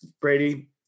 brady